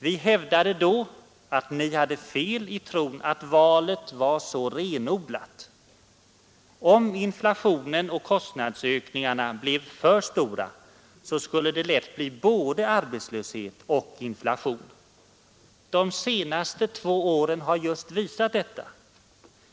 Vi hävdade då att ni hade fel i tron att valet var så renodlat. Om inflationen och kostnadsökningarna blev för stora skulle det lätt bli både arbetslöshet och inflation. De senaste två åren har visat just detta.